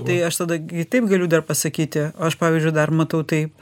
tai aš tada gi taip galiu dar pasakyti aš pavyzdžiui dar matau taip